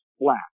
flat